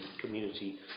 community